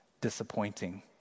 disappointing